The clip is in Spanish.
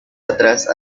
atrás